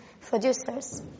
producers